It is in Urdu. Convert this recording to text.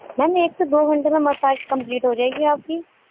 میم ایک سے دو گھنٹے میں مساج کمپلیٹ ہو جائے گی آپ کی